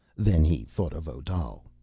then he thought of odal,